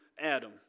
Adam